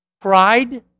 Pride